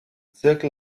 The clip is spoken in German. zirkel